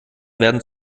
werden